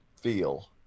feel